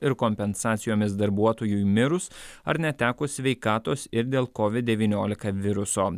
ir kompensacijomis darbuotojui mirus ar netekus sveikatos ir dėl covid devyniolika viruso